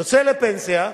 יצא לפנסיה,